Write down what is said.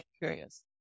curious